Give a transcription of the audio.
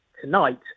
tonight